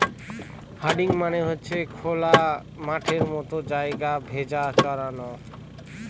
herding মানে হচ্ছে খোলা মাঠের মতো জায়গায় ভেড়া চরানো